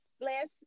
last